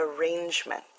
arrangement